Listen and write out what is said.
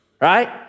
right